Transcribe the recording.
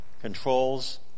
Controls